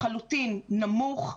לחלוטין נמוך,